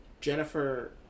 Jennifer